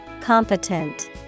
Competent